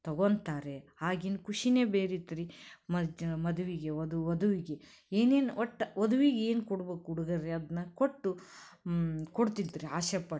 ತಗೋತಾರೆ ಆಗಿನ ಖುಷಿನೇ ಬೇರೆ ಇತ್ತು ರೀ ಮದು ಜನ ಮದುವೆಗೆ ವಧು ವಧುವಿಗೆ ಏನೇನು ಒಟ್ಟು ವಧುವಿಗ್ ಏನು ಕೊಡ್ಬೇಕು ಉಡುಗೊರೆ ಅದನ್ನ ಕೊಟ್ಟು ಕೊಡ್ತಿದ್ರು ರೀ ಆಸೆಪಟ್ಟು